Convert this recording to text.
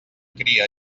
cria